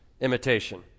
imitation